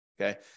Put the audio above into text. Okay